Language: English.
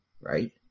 right